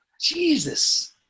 Jesus